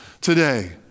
today